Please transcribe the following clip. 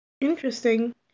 interesting